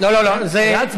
רגע, אבל אני אחרי ההצבעה.